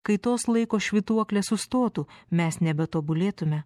kai tos laiko švytuoklė sustotų mes nebe tobulėtume